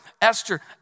Esther